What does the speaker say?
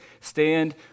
stand